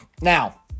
Now